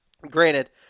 Granted